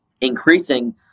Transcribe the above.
increasing